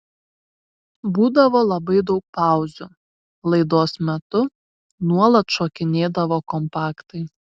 būdavo labai daug pauzių laidos metu nuolat šokinėdavo kompaktai